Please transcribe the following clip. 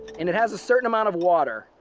and it has a certain amount of water.